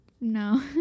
No